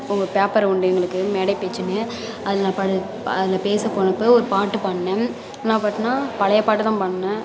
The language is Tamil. உங்கள் பேப்பர் உண்டு எங்களுக்கு மேடை பேச்சுனு அதில் நான் படு ப அதில் பேச போனப்போ ஒரு பாட்டு பாடினேன் என்ன பாட்டுனா பழைய பாட்டுதான் பாடினேன்